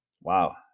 Wow